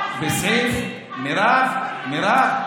מירב,